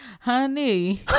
Honey